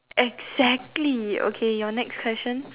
exactly okay your next question